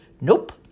Nope